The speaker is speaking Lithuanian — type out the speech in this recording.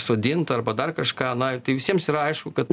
sodint arba dar kažką na ir tai visiems yra aišku kad